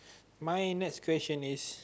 my next question is